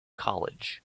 college